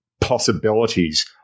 possibilities